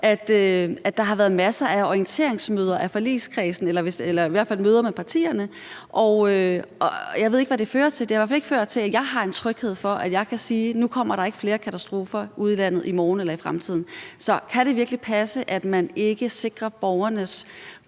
at der har været masser af orienteringsmøder i forligskredsen, eller i hvert fald møder med partierne, og jeg ved ikke, hvad det fører til. Det har i hvert fald ikke ført til, at jeg er tryg ved at kunne sige, at nu kommer der ikke flere katastrofer ude i landet i morgen eller i fremtiden. Så kan det virkelig passe, at man ikke sikrer borgernes